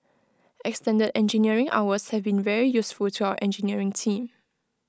extended engineering hours have been very useful to our engineering team